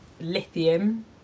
lithium